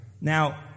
Now